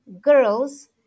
girls